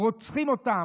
רוצחים אותם.